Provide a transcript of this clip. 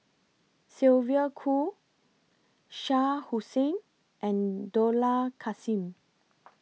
Sylvia Kho Shah Hussain and Dollah Kassim